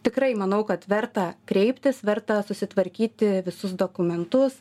tikrai manau kad verta kreiptis verta susitvarkyti visus dokumentus